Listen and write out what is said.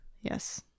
Yes